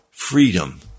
freedom